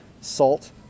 salt